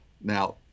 Now